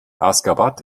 aşgabat